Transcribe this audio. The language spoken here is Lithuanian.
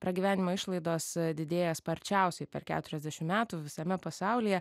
pragyvenimo išlaidos didėja sparčiausiai per keturiasdešim metų visame pasaulyje